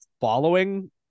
following